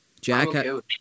Jack